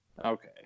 Okay